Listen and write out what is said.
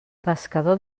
pescador